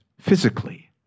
physically